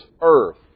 earth